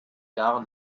gar